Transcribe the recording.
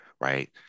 right